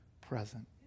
present